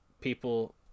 people